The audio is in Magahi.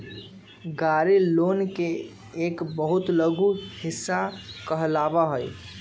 गाड़ी लोन के एक बहुत लघु हिस्सा कहलावा हई